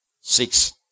Six